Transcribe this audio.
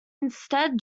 instead